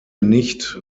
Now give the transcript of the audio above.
nicht